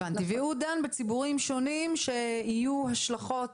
הבנתי והצוות הזה דן בציבורים שונים שיהיו השלכות